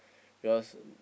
because